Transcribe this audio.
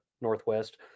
Northwest